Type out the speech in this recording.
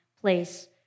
place